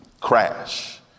crash